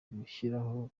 gushyiraho